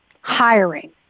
hiring